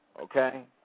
Okay